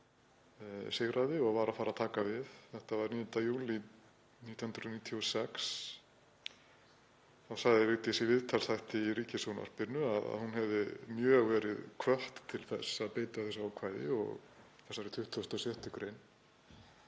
sigraði og var að fara að taka við. Þetta var 9. júlí 1996, þá sagði Vigdís í viðtalsþætti í ríkissjónvarpinu að hún hefði mjög verið hvött til þess að beita þessu ákvæði, þessari 26. gr.